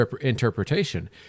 interpretation